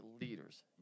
leaders